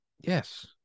Yes